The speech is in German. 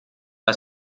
aus